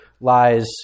lies